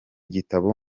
gitabo